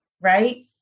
Right